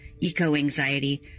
eco-anxiety